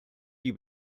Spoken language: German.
die